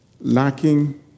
lacking